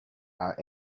are